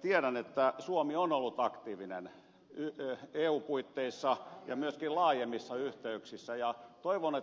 tiedän että suomi on ollut aktiivinen eun puitteissa ja myöskin laajemmissa yhteyksissä ja toivon